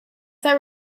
that